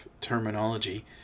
terminology